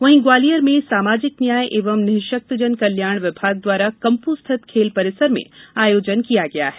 वहीं ग्वालियर में सामाजिक न्याय एवं निःशक्तजन कल्याण विभाग द्वारा कम्प्र स्थित खेल परिसर में आयोजन किया गया है